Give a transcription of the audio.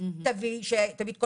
תביאי אישור